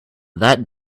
that